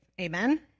amen